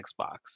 Xbox